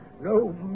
no